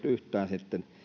yhtään